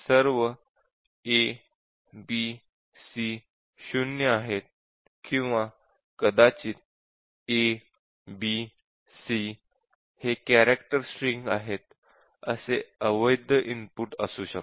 सर्व a b c 0 आहेत किंवा कदाचित a b c हे कॅरॅक्टर स्ट्रिंग आहेत असे अवैध इनपुट असू शकते